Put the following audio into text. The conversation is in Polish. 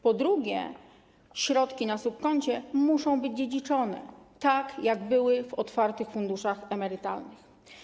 Po drugie, środki na subkoncie muszą być dziedziczone, tak jak były dziedziczone w otwartych funduszach emerytalnych.